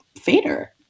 fader